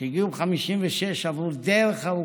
שהגיעו ב-1956, עברו דרך ארוכה,